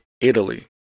Italy